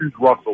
Russell